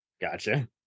Gotcha